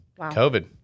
COVID